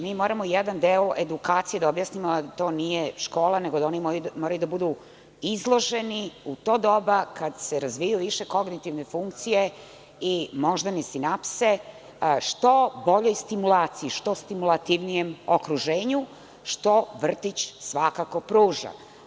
Moramo jedan deo edukacije da objasnimo da to nije škola, nego da oni moraju da budu izloženi u to doba, kada se razvijaju više kongitivne funkcije i moždane sinapse što boljoj stimulaciji, što stimulativnijem okruženju, što vrtić svakako pruža.